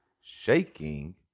shaking